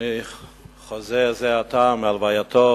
אני חוזר זה עתה מהלווייתו